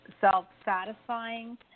self-satisfying